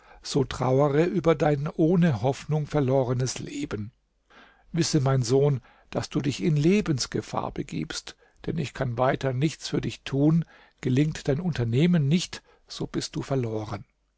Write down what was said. so trauere über dein ohne hoffnung verlorenes leben wisse mein sohn daß du dich in lebensgefahr begibst denn ich kann weiter nichts für dich tun gelingt dein unternehmen nicht so bist du verloren